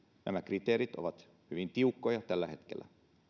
nämä kriteerit ovat hyvin tiukkoja tällä hetkellä